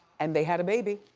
and they had a baby.